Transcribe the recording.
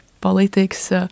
politics